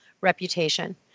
reputation